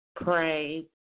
pray